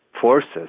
forces